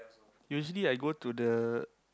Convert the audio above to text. usually I go to the